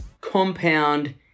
compound